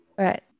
right